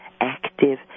active